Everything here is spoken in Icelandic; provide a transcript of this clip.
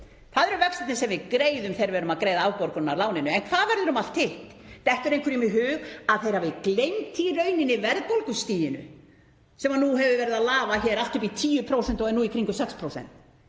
það eru vextirnir sem við greiðum þegar við erum að greiða afborgun af láninu. En hvað verður um allt hitt? Dettur einhverjum í hug að þeir hafi gleymt verðbólgustiginu sem nú hefur verið að lafa hér allt upp í 10% og er nú í kringum 6%?